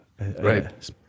Right